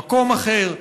במקום אחר,